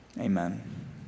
Amen